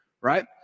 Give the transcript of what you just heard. right